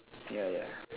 yeah yeah